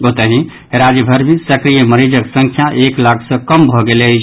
ओतहि राज्यभरि मे सक्रिय मरीजक संख्या एक लाख सँ कम भऽ गेल अछि